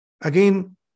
again